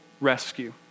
rescue